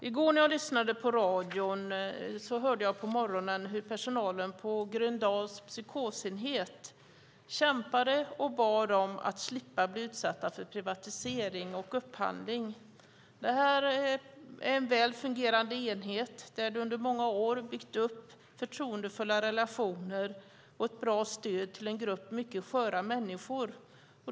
I går när jag lyssnade på radio på morgonen hörde jag hur personalen på Gröndals psykosenhet kämpade och bad om att slippa bli utsatta för privatisering och upphandling. Detta är en väl fungerande enhet där man under många år har byggt upp förtroendefulla relationer och ett bra stöd till en grupp mycket sköra människor.